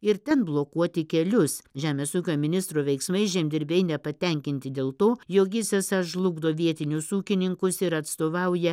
ir ten blokuoti kelius žemės ūkio ministro veiksmais žemdirbiai nepatenkinti dėl to jog jis esą žlugdo vietinius ūkininkus ir atstovauja